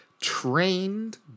trained